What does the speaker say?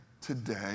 today